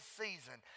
season